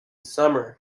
summer